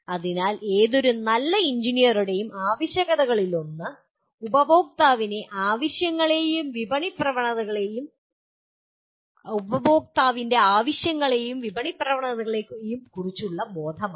അതിനാൽ ഏതൊരു നല്ല എഞ്ചിനീയറുടെയും ആവശ്യകതകളിലൊന്ന് ഉപഭോക്താവിൻ്റെ ആവശ്യങ്ങളെയും വിപണി പ്രവണതകളെയും കുറിച്ചുള്ള അവബോധമാണ്